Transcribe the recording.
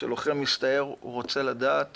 הוא רוצה לדעת